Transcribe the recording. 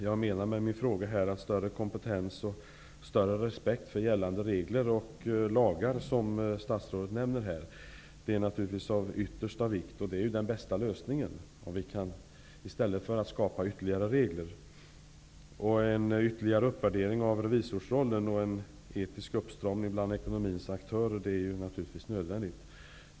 Jag menade att med min fråga betona behovet av större kompetens och större respekt för gällande regler och lagar, vilket statsrådet också nämner här. Det är naturligtvis av yttersta vikt. Det är den bästa lösningen i stället för att skapa ytterligare regler. Det behövs en ytterligare uppvärdering av revisorsrollen, och en uppstramning av etiken bland aktörerna inom ekonomin är nödvändig.